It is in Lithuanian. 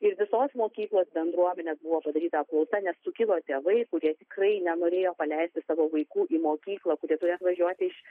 ir visos mokyklos bendruomenės buvo padaryta apklausa nes sukilo tėvai kurie tikrai nenorėjo paleisti savo vaikų į mokyklą kurie turi atvažiuoti iš